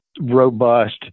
robust